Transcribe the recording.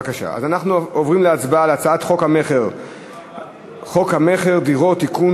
אז אנחנו עוברים להצבעה על הצעת חוק המכר (דירות) (תיקון,